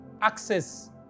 access